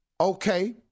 Okay